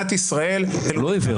הוא לא עיוור.